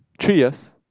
three years